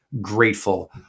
grateful